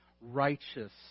righteous